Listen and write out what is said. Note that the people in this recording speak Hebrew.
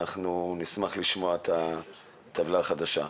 אנחנו נשמח לראות את הטבלה החדשה.